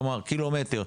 כלומר קילומטר.